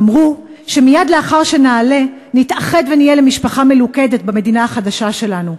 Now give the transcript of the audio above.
אמרו שמייד לאחר שנעלה נתאחד ונהיה למשפחה מלוכדת במדינה החדשה שלנו.